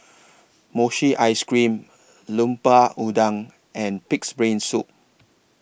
Mochi Ice Cream Lemper Udang and Pig'S Brain Soup